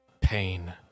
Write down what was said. pain